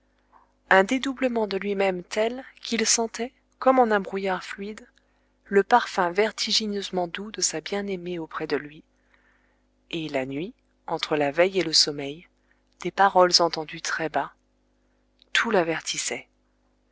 un dédoublement de lui-même tel qu'il sentait comme en un brouillard fluide le parfum vertigineusement doux de sa bien-aimée auprès de lui et la nuit entre la veille et le sommeil des paroles entendues très bas tout